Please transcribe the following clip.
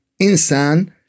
insan